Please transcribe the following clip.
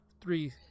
Three